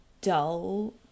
dull